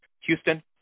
Houston